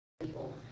people